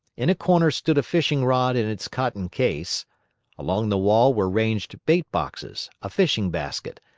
in a corner stood a fishing-rod in its cotton case along the wall were ranged bait-boxes, a fishing-basket,